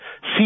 See